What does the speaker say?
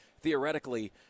theoretically